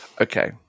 Okay